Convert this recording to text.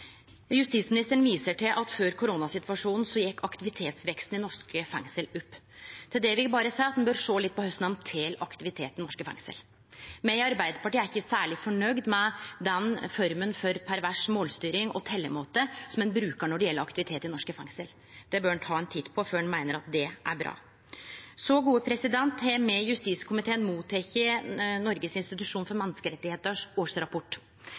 Justisministeren viser til at før koronasituasjonen gjekk aktivitetsveksten i norske fengsel opp. Til det vil eg berre seie at ein bør sjå litt på korleis ein tel aktivitet i norske fengsel. Me i Arbeidarpartiet er ikkje særleg fornøgde med den forma for pervers målstyring og teljemåte som ein brukar når det gjeld aktivitet i norske fengsel. Det bør ein ta ein titt på før ein meiner at det er bra. Me i justiskomiteen har fått årsrapporten frå Noregs institusjon for